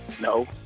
No